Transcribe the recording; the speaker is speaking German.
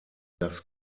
das